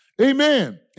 Amen